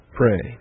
pray